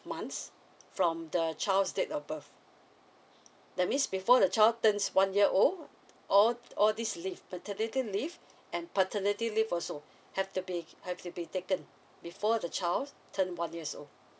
months from the child's date of birth that miss before the child turns one year old or all these leave maternity leave and paternity leave also have the be have to be taken before the child turn one years old